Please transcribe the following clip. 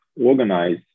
organize